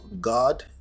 God